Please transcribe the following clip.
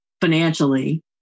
financially